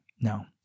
no